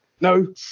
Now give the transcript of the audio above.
no